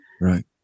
Right